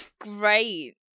Great